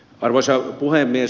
arvoisa puhemies